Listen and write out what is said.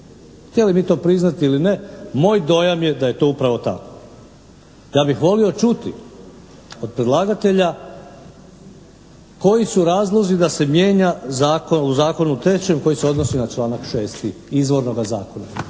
Htjeli mi to priznati ili ne, moj dojam je da je to upravo tako. Ja bih volio čuti od predlagatelja koji su razlozi da se mijenja u zakonu trećem koji se odnosi na članak 6. izvornoga zakona.